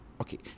okay